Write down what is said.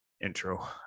intro